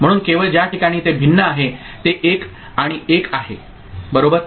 म्हणून केवळ ज्या ठिकाणी ते भिन्न आहे ते 1 आणि 1 आहे बरोबर